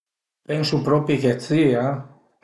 Pensu propi che si e